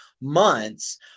months